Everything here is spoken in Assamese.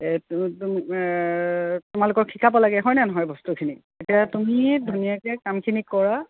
এই তোমালোকক শিকাব লাগে হয়নে নহয় বস্তুখিনি এতিয়া তুমিয়ে ধুনীয়াকৈ কামখিনি কৰা